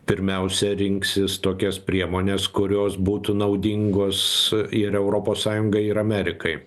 pirmiausia rinksis tokias priemones kurios būtų naudingos ir europos sąjungai ir amerikai